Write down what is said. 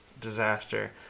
disaster